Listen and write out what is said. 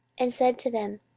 and said to them,